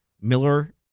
Miller